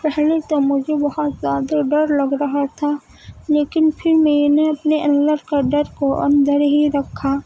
پہلے تو مجھے بہت زیادہ ڈر لگ رہا تھا لیکن پھر میں نے اپنے اندر کا ڈر کو اندر ہی رکھا